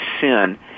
sin